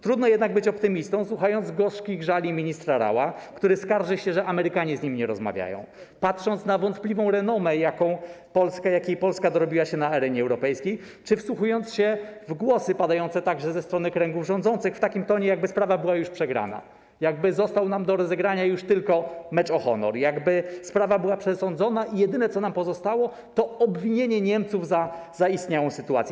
Trudno jednak być optymistą, słuchając gorzkich żali ministra Raua, który skarży się, że Amerykanie z nim nie rozmawiają, patrząc na wątpliwą renomę, jakiej Polska dorobiła się na arenie europejskiej, wsłuchując się w głosy padające także ze strony kręgów rządzących w takim tonie, jakby sprawa była już przegrana, jakby został nam do rozegrania już tylko mecz o honor, jakby sprawa była przesądzona i jedyne, co nam pozostało, to obwinienie Niemców za zaistniałą sytuację.